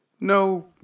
No